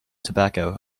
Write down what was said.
tobacco